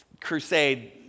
crusade